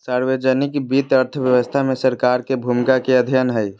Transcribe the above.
सार्वजनिक वित्त अर्थव्यवस्था में सरकार के भूमिका के अध्ययन हइ